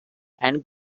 and